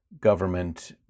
government